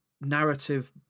narrative